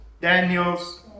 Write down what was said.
Daniels